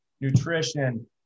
nutrition